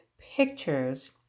pictures